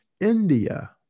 India